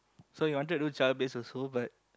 so we wanted to do child based also but